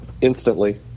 instantly